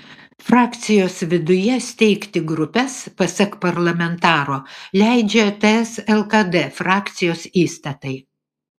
frakcijos viduje steigti grupes pasak parlamentaro leidžia ts lkd frakcijos įstatai